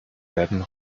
werden